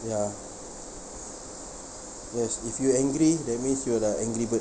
ya yes if you're angry that means you're like angry bird